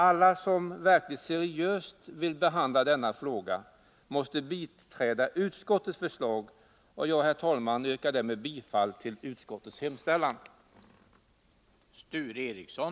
Alla som verkligt seriöst vill behandla denna fråga måste biträda utskottets förslag, och jag yrkar därmed bifall till utskottets hemställan.